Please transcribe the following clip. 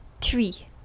three